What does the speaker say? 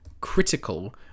critical